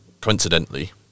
coincidentally